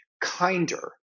kinder